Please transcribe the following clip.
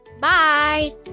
Bye